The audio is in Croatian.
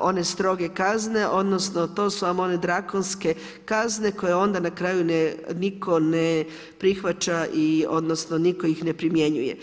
one stroge kazne, odnosno, to su vam one drakonske kazne, koje onda na kraju nitko ne prihvaća odnosno, nitko ih ne primjenjuje.